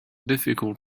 difficult